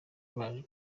baje